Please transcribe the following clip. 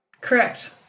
Correct